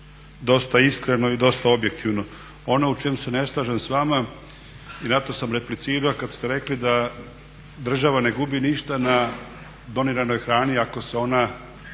dosta iskreno i dosta objektivno. Ono u čem se ne slažem s vama i na to sam replicirao kad ste rekli da država ne gubi ništa na doniranoj hrani ako se ona